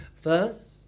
First